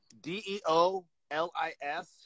D-E-O-L-I-S